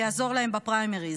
שיעזור להם בפריימריז.